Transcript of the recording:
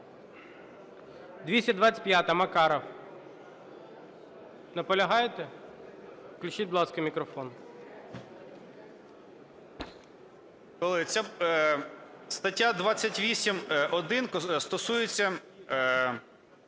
стаття 28-1 стосується